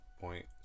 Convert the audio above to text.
point